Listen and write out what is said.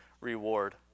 reward